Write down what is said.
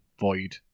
void